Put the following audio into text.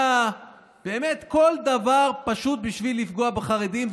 באמת, כל דבר פשוט בשביל לפגוע בחרדים.